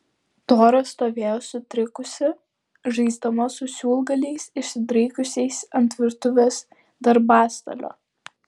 tora stovėjo sutrikusi žaisdama su siūlgaliais išsidraikiusiais ant virtuvės darbastalio